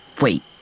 Wait